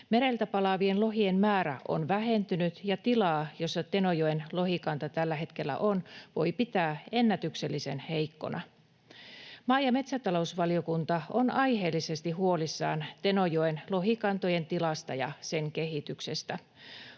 Mereltä palaavien lohien määrä on vähentynyt, ja tilaa, jossa Tenojoen lohikanta tällä hetkellä on, voi pitää ennätyksellisen heikkona. Maa‑ ja metsätalousvaliokunta on aiheellisesti huolissaan Tenojoen lohikantojen tilasta ja sen kehityksestä.